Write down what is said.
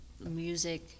music